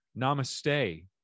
Namaste